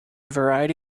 variety